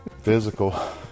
physical